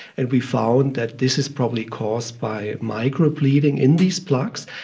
and we found that this is probably caused by micro-bleeding in these plaques,